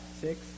six